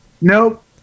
Nope